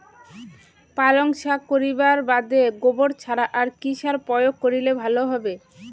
পালং শাক করিবার বাদে গোবর ছাড়া আর কি সার প্রয়োগ করিলে ভালো হবে?